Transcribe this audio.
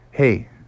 Hey